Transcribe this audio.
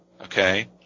okay